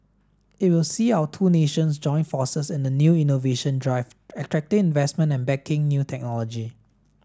it will see our two nations join forces in a new innovation drive attracting investment and backing new technology